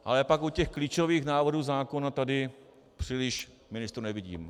Ale pak u těch klíčových návrhů zákona tady příliš ministrů nevidím.